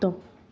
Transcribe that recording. कुतो